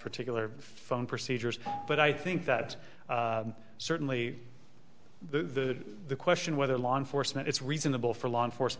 particular phone procedures but i think that certainly the question whether law enforcement it's reasonable for law enforcement